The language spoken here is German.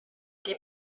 die